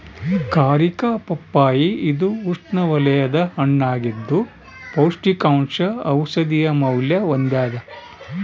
ಕಾರಿಕಾ ಪಪ್ಪಾಯಿ ಇದು ಉಷ್ಣವಲಯದ ಹಣ್ಣಾಗಿದ್ದು ಪೌಷ್ಟಿಕಾಂಶ ಔಷಧೀಯ ಮೌಲ್ಯ ಹೊಂದ್ಯಾದ